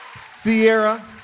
Sierra